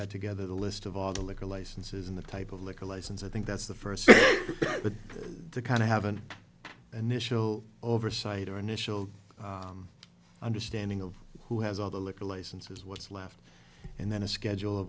that together the list of all the liquor licenses and the type of liquor license i think that's the first kind of have an initial oversight or initial understanding of who has all the liquor licenses what's left and then a schedule